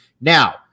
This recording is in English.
Now